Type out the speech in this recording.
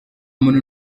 muntu